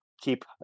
keep